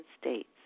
states